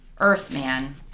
Earthman